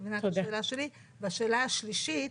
השאלה השלישית,